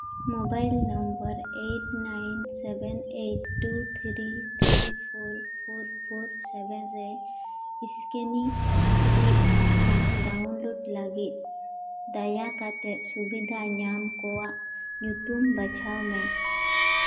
mobile number eight nine seven eight two three three four four four seven ᱨᱮ ᱮᱥᱠᱮᱱᱤ ᱥᱤᱫ ᱥᱟᱠᱟᱢ download ᱞᱟᱹᱜᱤᱫ ᱫᱟᱭᱟ ᱠᱟᱛᱮᱫ ᱥᱩᱵᱤᱫᱷᱟ ᱧᱟᱢ ᱠᱚᱣᱟᱜ ᱧᱩᱛᱩᱢ ᱵᱟᱪᱷᱟᱣ ᱢᱮ